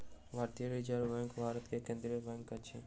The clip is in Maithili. भारतीय रिज़र्व बैंक भारत के केंद्रीय बैंक अछि